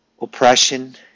Oppression